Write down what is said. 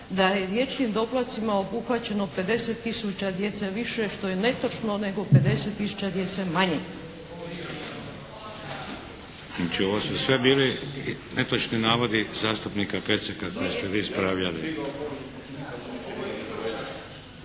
da je dječjim doplatcima obuhvaćeno 50 tisuća djece više što je netočno nego 50 tisuća djece manje.